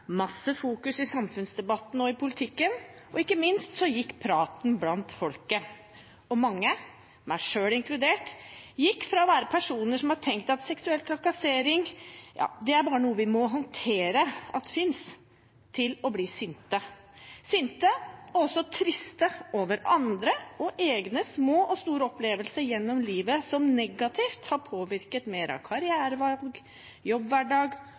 masse fokus i samfunnsdebatten og i politikken, og ikke minst gikk praten blant folket. Mange, meg selv inkludert, gikk fra å være personer som har tenkt at vi bare må håndtere at seksuell trakassering finnes, og bli sinte – sinte, og også triste, over andres og egne små og store opplevelser gjennom livet som negativt har påvirket mer av karrierevalg, jobbhverdag,